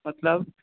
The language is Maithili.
मतलब